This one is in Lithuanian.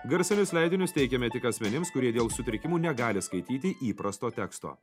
garsinius leidinius teikiame tik asmenims kurie dėl sutrikimų negali skaityti įprasto teksto